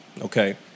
okay